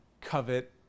covet